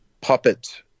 puppet